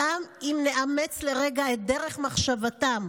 גם אם נאמץ לרגע את דרך מחשבתם,